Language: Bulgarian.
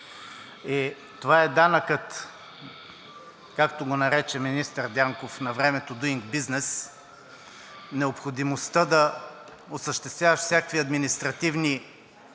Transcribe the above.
Това е данъкът, както го нарече министър Дянков навремето Doing Business – необходимостта да осъществяваш всякакви административни процедури